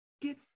get